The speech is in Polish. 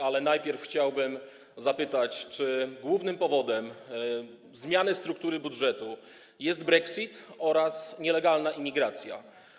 Ale najpierw chciałbym zapytać, czy głównym powodem zmiany struktury budżetu są brexit i nielegalna imigracja.